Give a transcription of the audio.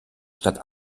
stadt